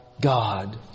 God